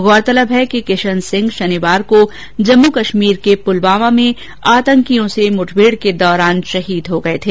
गौरतलब है कि किशन सिंह शनिवार को जम्मू कश्मीर के पुलवामा में आतंकियों से मुठभेड में शहीद हो गए थे